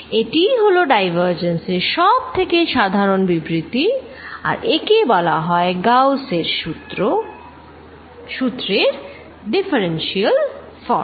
এটিই হল ডাইভারজেন্স এর সব থেকে সাধারন বিবৃতি আর একে বলা হয় গাউস এর সুত্রের Gauss's Law ডিফারেন্সিয়াল ফর্ম